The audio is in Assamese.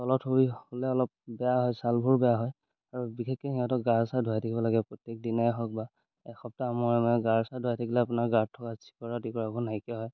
তলত হৈ হ'লে অলপ বেয়া হয় চালবোৰ বেয়া হয় আৰু বিশেষকৈ সিহঁতক গা চা ধুৱাই থাকিব লাগে প্ৰত্যেকদিনাই হওক বা এসপ্তাহ মূৰে মূৰে গা চা ধুৱাই থাকিলে আপোনাৰ গাত থকা চিকৰা টিকৰাবোৰ নাইকিয়া হয়